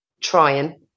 trying